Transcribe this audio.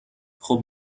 خوب